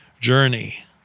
journey